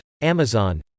Amazon